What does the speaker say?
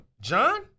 John